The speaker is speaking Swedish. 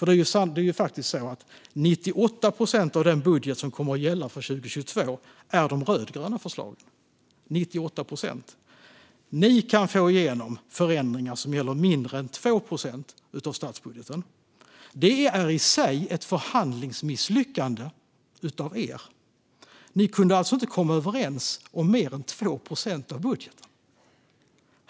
Det är faktiskt så att 98 procent av den budget som kommer att gälla för 2022 utgörs av de rödgröna förslagen. Ni kan få igenom förändringar som gäller mindre än 2 procent av statsbudgeten. Detta är i sig ett förhandlingsmisslyckande från er sida. Ni kunde alltså inte komma överens om mer än 2 procent av budgeten.